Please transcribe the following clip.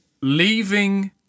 leaving